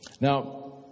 Now